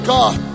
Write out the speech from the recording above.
God